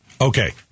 Okay